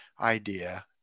idea